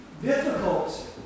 Difficult